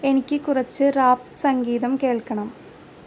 എനിക്ക് കുറച്ച് റാപ്പ് സംഗീതം കേൾക്കണം